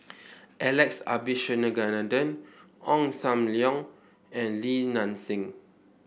Alex Abisheganaden Ong Sam Leong and Li Nanxing